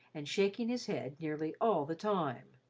and shaking his head nearly all the time.